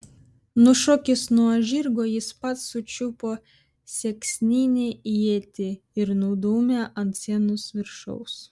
nušokęs nuo žirgo jis pats sučiupo sieksninę ietį ir nudūmė ant sienos viršaus